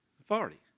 Authority